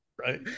right